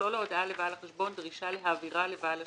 תכלול ההודעה לבעל החשבון דרישה להעבירה לבעל השליטה,